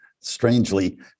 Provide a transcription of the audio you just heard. strangely